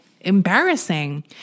embarrassing